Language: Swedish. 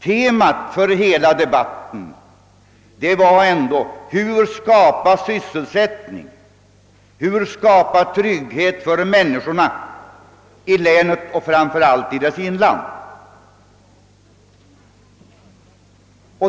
Temat för hela debatten var emellertid: Hur skapa sysselsättning, hur skapa trygghet för människorna i länet, framför allt i dess inland?